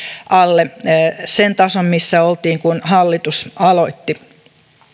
alle sen tason missä oltiin kun hallitus aloitti